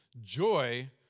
joy